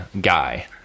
guy